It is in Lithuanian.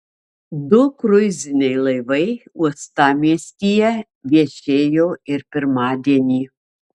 du kruiziniai laivai uostamiestyje viešėjo ir pirmadienį